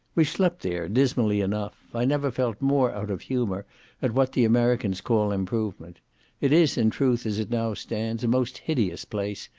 we slept there, dismally enough. i never felt more out of humour at what the americans call improvement it is, in truth, as it now stands, a most hideous place,